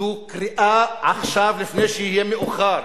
זו קריאה עכשיו, לפני שיהיה מאוחר,